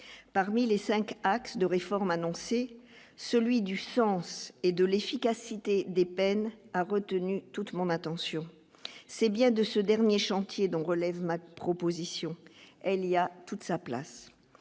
parmi les 5 axes de réforme annoncées, celui du sens et de l'efficacité des peines à retenu toute mon attention, c'est bien de ce dernier chantier dont relève mal proposition, elle y a toute sa place,